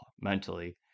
mentally